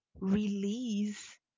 release